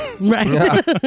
right